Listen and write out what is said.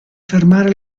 fermare